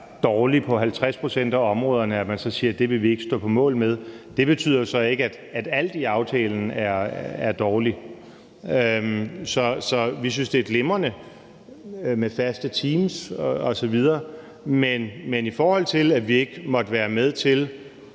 dårlig på 50 pct. af områderne, så siger, at det vil man ikke stå på mål for. Det betyder så ikke, at alt i aftalen er dårligt. Vi synes, det er glimrende med faste teams osv., men det, at vi ikke måtte være med til